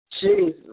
Jesus